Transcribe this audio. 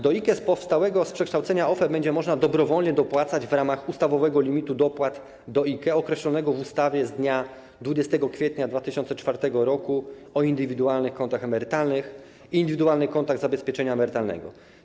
Do IKE powstałego z przekształcenia OFE będzie się dobrowolnie dopłacać w ramach ustawowego limitu dopłat do IKE określonego w ustawie z dnia 20 kwietnia 2004 r. o indywidualnych kontach emerytalnych oraz indywidualnych kontach zabezpieczenia emerytalnego.